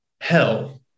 hell